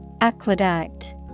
Aqueduct